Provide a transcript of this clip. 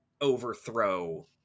overthrow